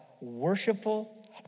worshipful